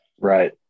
Right